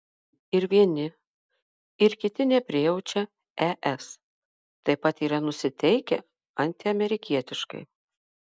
ir vieni ir kiti neprijaučia es taip pat yra nusiteikę antiamerikietiškai